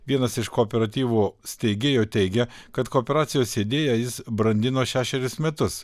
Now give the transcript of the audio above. vienas iš kooperatyvo steigėjų teigia kad kooperacijos idėją jis brandino šešerius metus